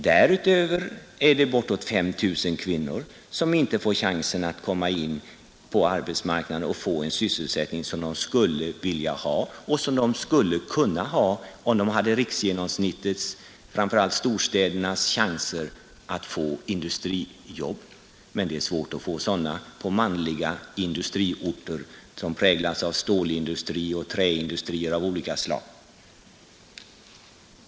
Därutöver är det bortåt 5 000 kvinnor som inte får chansen att komma in på arbetsmarknaden och få en sysselsättning som de skulle vilja ha och som de skulle kunna ha om de hade riksgenomsnittets, framför allt storstädernas, chanser att få industrijobb, men det är svårt att få sädana på manliga industriorter som präglas av stålindustri och träindustrier av olika slag.